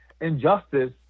Injustice